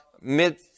Mid